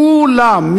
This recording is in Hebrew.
כולם,